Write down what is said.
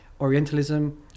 Orientalism